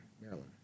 Maryland